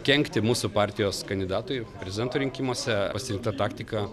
kenkti mūsų partijos kandidatui prezidento rinkimuose pasirinkta taktika